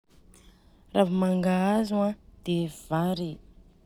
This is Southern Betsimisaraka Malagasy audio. Ravi-mangahazo an, dia vary.